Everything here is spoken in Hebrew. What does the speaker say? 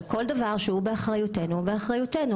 כל דבר שהוא באחריותנו הוא באחריותנו,